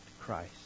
Christ